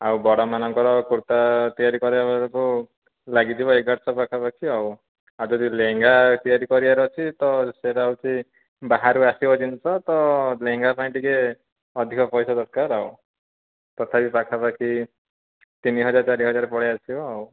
ଆଉ ବଡ଼ ମାନଙ୍କର କୁର୍ତ୍ତା ତିଆରି କରିବା ବେଳକୁ ଲାଗିଯିବ ଏଗାରଶହ ପାଖାପାଖି ଆଉ ଯଦି ଲେହେଙ୍ଗା ତିଆରି କରିବାର ଅଛି ତ ସେଇଟା ହେଉଛି ବାହାରୁ ଆସିବ ଜିନିଷ ତ ଲେହେଙ୍ଗା ପାଇଁ ଟିକିଏ ଅଧିକ ପଇସା ଦରକାର ଆଉ ତଥାପି ପାଖାପାଖି ତିନି ହଜାର ଚାରି ହଜାର ପଳାଇଆସିବ ଆଉ